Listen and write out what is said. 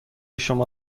شما